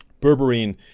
Berberine